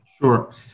Sure